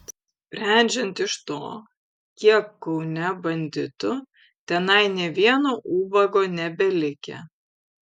sprendžiant iš to kiek kaune banditų tenai nė vieno ubago nebelikę